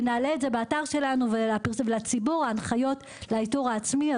נעלה את זה לציבור את ההנחיות לאיתור העצמי,